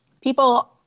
people